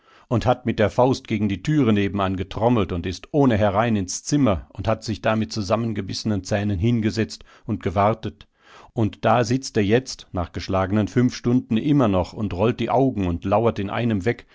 und hat mit der faust gegen die türe nebenan getrommelt und ist ohne herein ins zimmer und hat sich mit zusammengebissenen zähnen hingesetzt und gewartet und da sitzt er jetzt nach geschlagenen fünf stunden immer noch und rollt die augen und lauert in einem weg